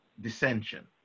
dissension